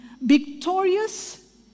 victorious